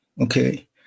okay